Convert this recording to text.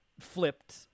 flipped